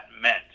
meant